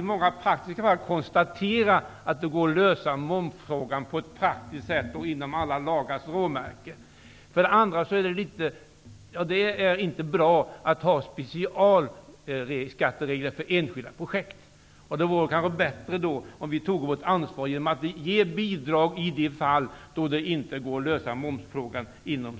Vi kan för det första konstatera att det går att lösa momsfrågan på ett praktiskt sätt inom lagarnas råmärken. För det andra är det inte bra att ha speciella skatteregler för enskilda projekt. Det vore bättre om vi tog vårt ansvar genom att ge bidrag i de fall där det inte går att lösa momsfrågan inom